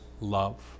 love